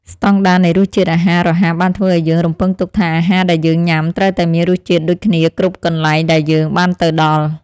ស្តង់ដារនៃរសជាតិអាហាររហ័សបានធ្វើឲ្យយើងរំពឹងទុកថាអាហារដែលយើងញ៉ាំត្រូវតែមានរសជាតិដូចគ្នាគ្រប់កន្លែងដែលយើងបានទៅដល់។